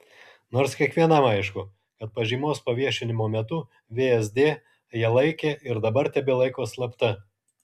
nors kiekvienam aišku kad pažymos paviešinimo metu vsd ją laikė ir dabar tebelaiko slapta